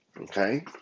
Okay